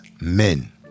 men